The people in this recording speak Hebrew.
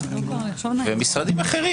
ומשרדים אחרים,